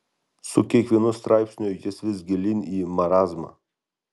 su kiekvienu straipsniu jis vis gilyn į marazmą